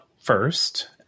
first